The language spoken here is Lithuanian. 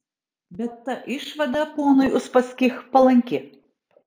bet ta išvada ponui uspaskich palanki